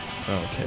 Okay